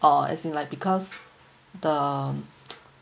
orh as in like because the